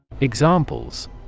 Examples